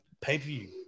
pay-per-view